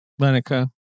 Lenica